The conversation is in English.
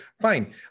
fine